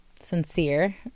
Sincere